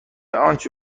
آنچه